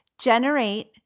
generate